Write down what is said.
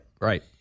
right